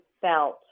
felt